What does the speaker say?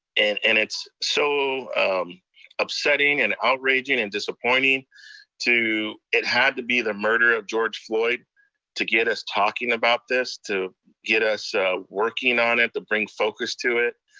and and it's so upsetting, and outraging, and disappointing to, it had to be the murder of george floyd to get us talking about this, to get us working on it, to bring focus to it.